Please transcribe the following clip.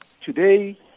today